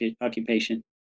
occupation